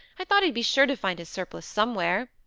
i thought he'd be sure to find his surplice somewhere,